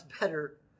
better